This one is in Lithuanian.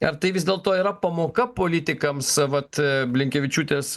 ar tai vis dėlto yra pamoka politikams vat blinkevičiūtės